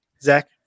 Zach